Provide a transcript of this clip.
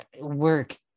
work